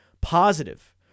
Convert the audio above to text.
positive